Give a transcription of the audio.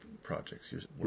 projects